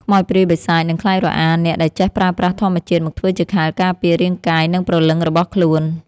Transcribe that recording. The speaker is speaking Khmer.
ខ្មោចព្រាយបិសាចនឹងខ្លាចរអាអ្នកដែលចេះប្រើប្រាស់ធម្មជាតិមកធ្វើជាខែលការពាររាងកាយនិងព្រលឹងរបស់ខ្លួន។